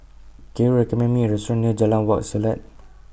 Can YOU recommend Me A Restaurant near Jalan Wak Selat